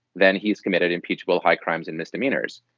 then he's committed impeachable high crimes and misdemeanors.